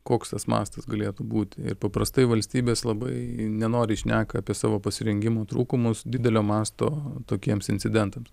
koks tas mastas galėtų būti ir paprastai valstybės labai nenoriai šneka apie savo pasirengimo trūkumus didelio masto tokiems incidentams